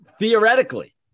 Theoretically